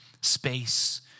space